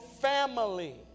family